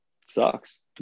sucks